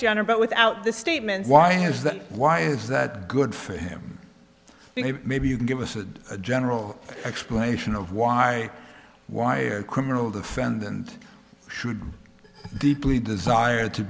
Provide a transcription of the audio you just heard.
general but without the statement why is that why is that good for him maybe you can give us a general explanation of why why a criminal defendant should deeply desire to